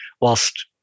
whilst